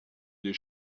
des